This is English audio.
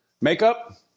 Makeup